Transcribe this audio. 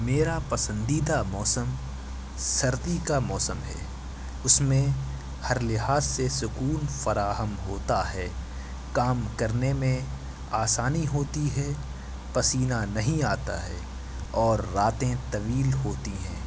میرا پسندیدہ موسم سردی کا موسم ہے اس میں ہر لحاظ سے سکون فراہم ہوتا ہے کام کرنے میں آسانی ہوتی ہے پسینہ نہیں آتا ہے اور راتیں طویل ہوتی ہیں